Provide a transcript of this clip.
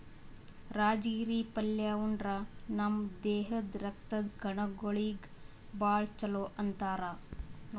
ರಾಜಗಿರಿ ಪಲ್ಯಾ ಉಂಡ್ರ ನಮ್ ದೇಹದ್ದ್ ರಕ್ತದ್ ಕಣಗೊಳಿಗ್ ಭಾಳ್ ಛಲೋ ಅಂತಾರ್